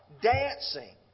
dancing